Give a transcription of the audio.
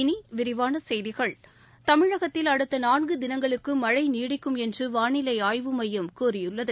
இனி விரிவான செய்திகள் தமிழகத்தில் அடுத்த நான்கு தினங்களுக்கு மழை நீடிக்கும் என்று வாளிலை ஆய்வு மையம் கூறியுள்ளது